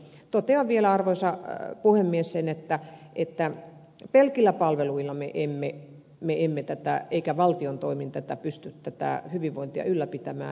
totean vielä arvoisa puhemies että emme me pelkillä palveluilla emmekä valtion toimin pysty tätä hyvinvointia ylläpitämään